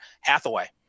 Hathaway